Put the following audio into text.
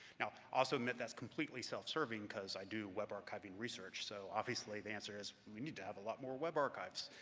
now, i'll also admit that's completely self-serving because i do web archiving research, so obviously the answer is, we need to have a lot more web archives.